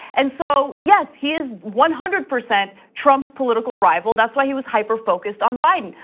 and so yes, he is one hundred percent trump's political rival, that's why he was hyper focused on biden.